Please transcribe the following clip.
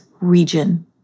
region